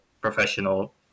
professional